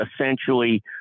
essentially